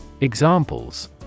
Examples